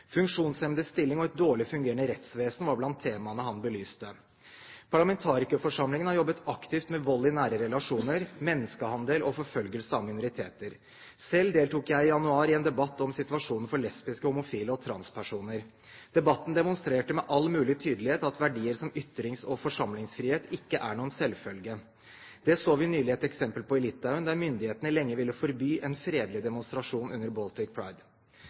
stilling og et dårlig fungerende rettsvesen var blant temaene han belyste. Parlamentarikerforsamlingen har jobbet aktivt med vold i nære relasjoner, menneskehandel og forfølgelse av minoriteter. Selv deltok jeg i januar i en debatt om situasjonen for lesbiske, homofile og transpersoner. Debatten demonstrerte med all mulig tydelighet at verdier som ytrings- og forsamlingsfrihet ikke er noen selvfølge. Det så vi nylig et eksempel på i Litauen, der myndighetene lenge ville forby en fredelig demonstrasjon under Baltic Pride.